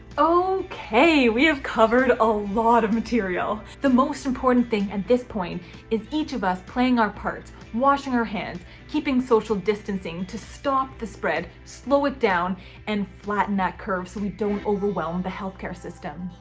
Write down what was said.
okay? we have covered a lot of material. the most important thing at this point is each of us playing our parts washing our hands, keeping social distancing to stop the spread, slow it down and flatten that curve. so we don't overwhelm the healthcare system.